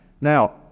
Now